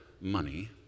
money